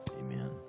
Amen